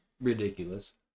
ridiculous